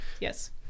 Yes